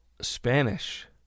Spanish